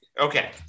Okay